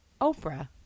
Oprah